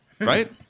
Right